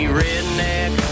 redneck